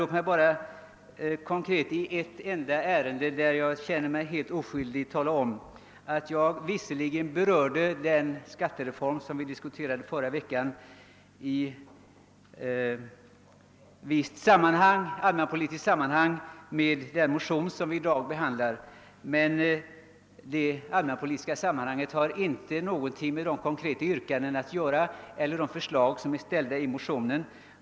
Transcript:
Låt mig därför bara i en fråga, där jag känner mig helt oskyldig, säga att jag visserligen i ett visst allmänpolitiskt sammanhang berörde den skattereform som vi diskuterade förra veckan, men det allmänpolitiska sammanhanget hade inte med de konkreta yrkanden eller förslag att göra som återfinns i motionerna.